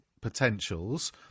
potentials